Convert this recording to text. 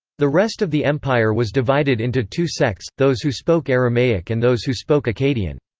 the rest of the empire was divided into two sects those who spoke aramaic and those who spoke akkadian.